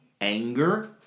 anger